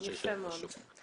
יפה מאוד.